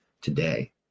today